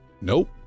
nope